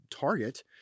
target